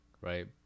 Right